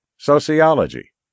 sociology